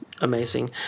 amazing